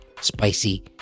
Spicy